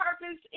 purpose